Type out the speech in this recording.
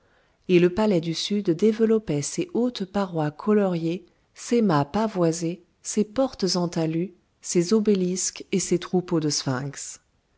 et le palais du sud développait ses hautes parois coloriées ses mâts pavoisés ses portes en talus ses obélisques et ses troupeaux de sphinx